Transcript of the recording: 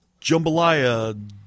jambalaya